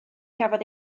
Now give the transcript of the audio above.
gafodd